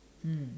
mm